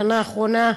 בשנה האחרונה,